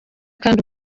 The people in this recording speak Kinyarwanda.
kandi